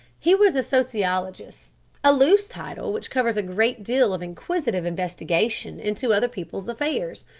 he was a sociologist a loose title which covers a great deal of inquisitive investigation into other people's affairs.